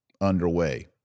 underway